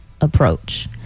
approach